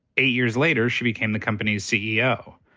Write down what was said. eight years later, she became the company's ceo.